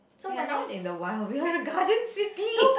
we're not in the wild we are a garden city